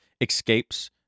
escapes